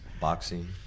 boxing